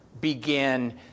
begin